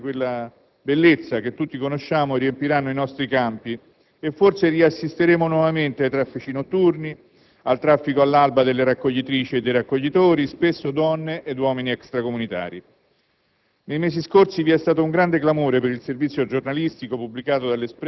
Signor Presidente, tra non molto, quella nostra ricchezza e bellezza - che tutti conosciamo - che sono i pomodori, riempiranno i nostri campi e forse assisteremo nuovamente ai traffici notturni, al traffico all'alba delle raccoglitrici e dei raccoglitori, spesso donne e uomini extracomunitari.